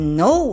no